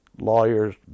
lawyers